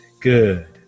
Good